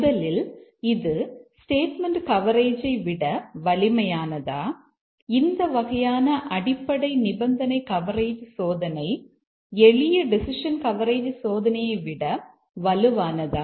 முதலில் இது ஸ்டேட்மெண்ட் கவரேஜை விட வலிமையானதா இந்த வகையான அடிப்படை நிபந்தனை கவரேஜ் சோதனை எளிய டெசிஷன் கவரேஜ் சோதனையை விட இது வலுவானதா